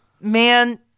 man